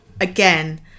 again